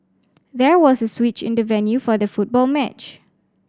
there was a switch in the venue for the football match